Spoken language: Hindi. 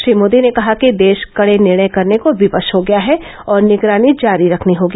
श्री मोदी ने कहा कि देश कड़े निर्णय करने को विवश हो गया है और निगरानी जारी रखनी होगी